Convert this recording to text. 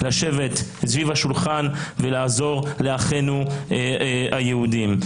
לשבת סביב השולחן ולעזור לאחינו היהודים.